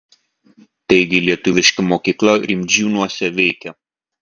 taigi lietuviška mokykla rimdžiūnuose veikia